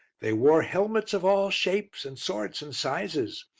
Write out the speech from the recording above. they wore helmets of all shapes and sorts and sizes.